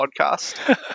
podcast